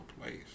Place